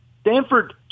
Stanford